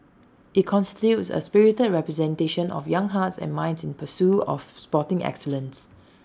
IT constitutes A spirited representation of young hearts and minds in pursuit of sporting excellence